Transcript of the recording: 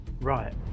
Right